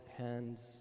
hands